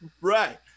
right